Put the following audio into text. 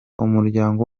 umuryango